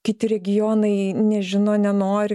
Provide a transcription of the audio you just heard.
kiti regionai nežino nenori